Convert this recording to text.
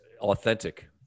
authentic